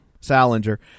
Salinger